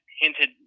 hinted